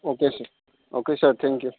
okay sir okay sir thank you